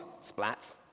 Splat